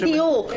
בדיוק.